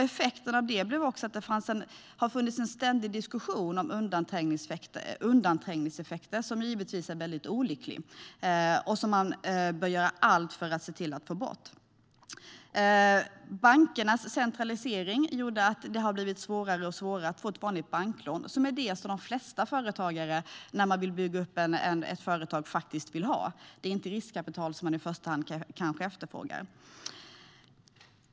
Effekten av detta blev att det har förts en ständig diskussion om undanträngningseffekter som givetvis är väldigt olyckliga och som man bör göra allt för att se till att få bort. Bankernas centralisering gjorde att det blev svårare och svårare att få ett banklån, som är det som de flesta företagare faktiskt vill ha när de bygger upp sitt företag. Det är inte riskkapital som man i första hand efterfrågar.